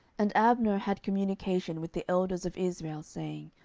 and abner had communication with the elders of israel, saying,